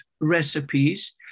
recipes